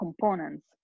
components